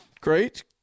great